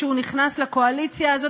כשהוא נכנס לקואליציה הזאת,